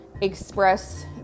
express